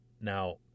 Now